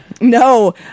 No